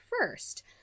first